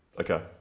okay